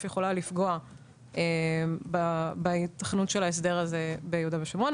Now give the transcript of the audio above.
יכולה לפגוע בהיתכנות של ההסדר הזה ביהודה ושומרון,